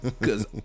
Cause